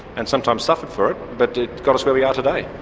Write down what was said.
and sometimes suffered for it, but it got us where we are today.